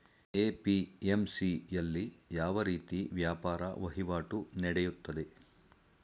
APMC ಯಲ್ಲಿ ಯಾವ ರೀತಿ ವ್ಯಾಪಾರ ವಹಿವಾಟು ನೆಡೆಯುತ್ತದೆ?